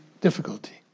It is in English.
difficulty